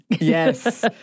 Yes